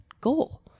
goal